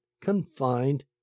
confined